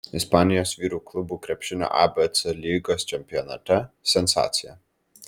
ispanijos vyrų klubų krepšinio abc lygos čempionate sensacija